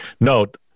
note